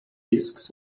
discs